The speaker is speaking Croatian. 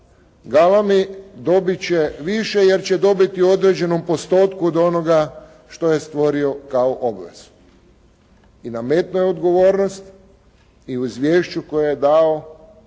galami, dobiti će više jer će dobiti u određenom postotku od onoga što je stvorio kao obvezu. I nametnuo je odgovornost i u izvješću koje je dao